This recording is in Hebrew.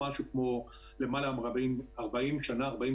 משהו כמו 45 שנים.